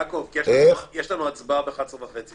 כי זה משהו שהוועדה ביקשה ואני רוצה